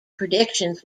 predictions